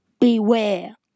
Beware